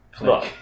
Look